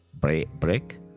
break